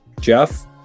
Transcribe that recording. Jeff